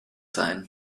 sein